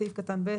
בסעיף קטן (ב),